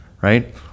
right